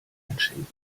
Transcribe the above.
einschenken